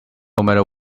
matter